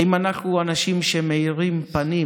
האם אנחנו אנשים שמאירים פנים